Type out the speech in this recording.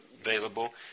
available